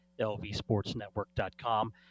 lvsportsnetwork.com